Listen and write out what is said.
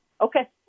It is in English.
Okay